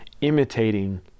imitating